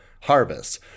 harvest